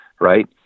Right